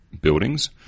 buildings